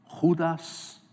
Judas